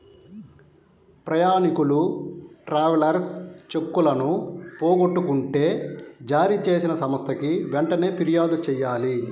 ప్రయాణీకులు ట్రావెలర్స్ చెక్కులను పోగొట్టుకుంటే జారీచేసిన సంస్థకి వెంటనే పిర్యాదు చెయ్యాలి